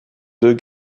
deux